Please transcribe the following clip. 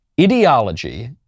Ideology